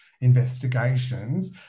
investigations